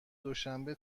دوشنبه